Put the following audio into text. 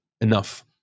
enough